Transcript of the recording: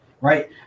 right